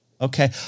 Okay